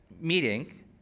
meeting